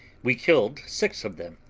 we killed six of them,